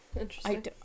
interesting